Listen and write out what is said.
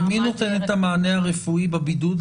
ומי נותן את המענה הרפואי בבידוד?